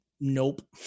nope